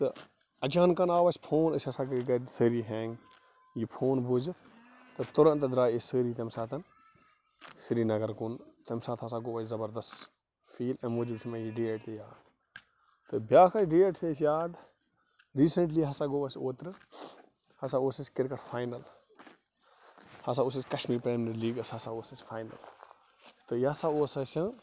تہٕ اچانٛکن آو اَسہِ فون أسۍ ہسا گٔیہِ گٔرِ سٲری ہینٛگ یہِ فون بوٗزِتھ تہٕ تُرنٛت درٛایہِ أسۍ سٲری تَمہِ ساتہٕ سِریٖنٔگر کُن تَمہِ ساتہٕ ہسا گوٚو اَسہِ زبردست فیٖل اَمہِ موٗجوٗب چھُ مےٚ یہِ ڈیٹ تہِ یاد تہٕ بیٛاکھا ڈیٹ چھُ اَسہِ یاد ریٖسنٛٹلی ہسا گوٚو اَسہِ اوٗترٕ ہسا اوس اَسہِ کِرکٹ فاینل ہسا اوس اَسہِ کشمیٖر پرٛیمر لیٖگٕس ہسا اوس اَسہِ فاینل تہٕ یہِ ہسا اوس اَسہِ